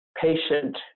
patient